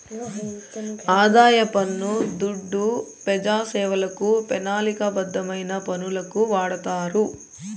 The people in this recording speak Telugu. ఆదాయ పన్ను దుడ్డు పెజాసేవలకు, పెనాలిక బద్ధమైన పనులకు వాడతారు